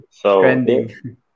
Trending